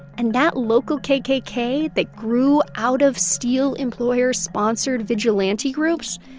and that local kkk that grew out of steel employer-sponsored vigilante groups,